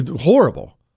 Horrible